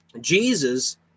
Jesus